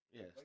Yes